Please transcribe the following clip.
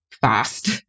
fast